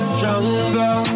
Stronger